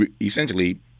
essentially